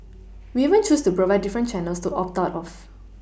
we even choose to provide different Channels to opt out of